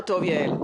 יעל,